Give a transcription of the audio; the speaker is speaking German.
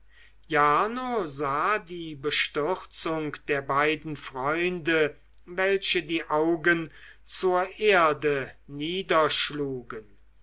jarno sah die bestürzung der beiden freunde welche die augen zur erde niederschlugen